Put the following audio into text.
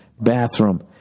bathroom